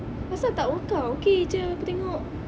asal tak work out okay jer aku tengok